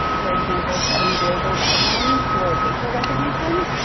for example, setting global guidelines for facial recognition.